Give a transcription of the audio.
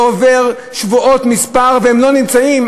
לא עוברים שבועות מספר והם לא נמצאים,